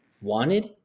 Wanted